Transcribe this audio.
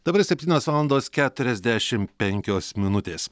dabar septynios valandos keturiasdešimt penkios minutės